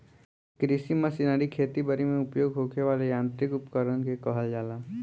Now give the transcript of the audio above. कृषि मशीनरी खेती बरी में उपयोग होखे वाला यांत्रिक उपकरण के कहल जाला